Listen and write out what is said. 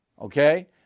Okay